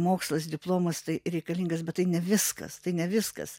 mokslas diplomas tai reikalingas bet tai ne viskas tai ne viskas